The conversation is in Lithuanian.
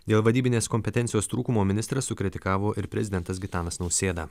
dėl vadybinės kompetencijos trūkumo ministrą sukritikavo ir prezidentas gitanas nausėda